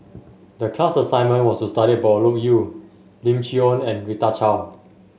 the class assignment was to study about Loke Yew Lim Chee Onn and Rita Chao